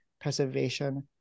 Preservation